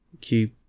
Cube